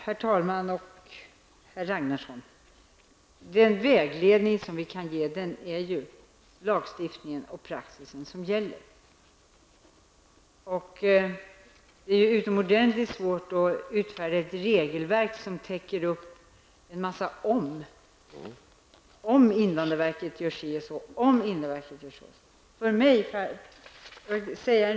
Herr talman! Herr Ragnarsson! Den vägledning som vi kan ge är ju den lagstiftning och praxis som gäller. Det är utomordentligt svårt att utfärda ett regelverk som täcker en massa om -- om invandrarverket gör si eller så.